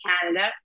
Canada